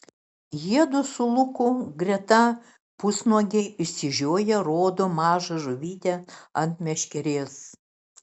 jiedu su luku greta pusnuogiai išsižioję rodo mažą žuvytę ant meškerės